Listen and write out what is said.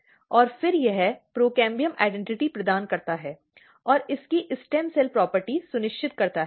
और फिर यह प्रोकैम्बियम पहचान प्रदान करता है और इसकी स्टेम सेल प्रॉपर्टी सुनिश्चित करता है